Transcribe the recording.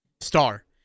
star